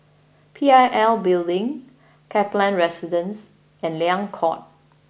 P I L Building Kaplan Residence and Liang Court